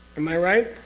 am i right?